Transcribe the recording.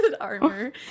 armor